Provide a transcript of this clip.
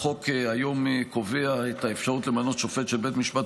החוק היום קובע את האפשרות למנות שופט של בית משפט